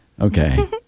okay